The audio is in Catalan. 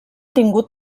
tingut